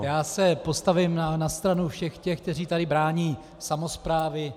Já se postavím na stranu všech těch, kteří tady brání samosprávy.